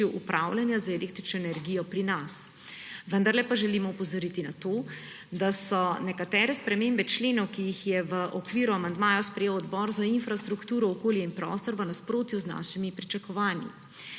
upravljanja z električno energijo pri nas, vendarle pa želim opozoriti na to, da so nekatere spremembe členov, ki jih je v okviru amandmaja sprejel Odbor za infrastrukturo, okolje in prostor, v nasprotju z našimi pričakovanji.